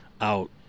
out